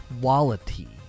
quality